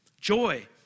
joy